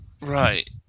Right